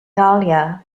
dahlia